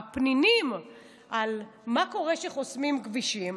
הפנינים על מה קורה כשחוסמים כבישים,